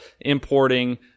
importing